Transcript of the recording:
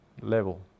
level